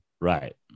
Right